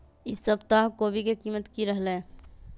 ई सप्ताह कोवी के कीमत की रहलै?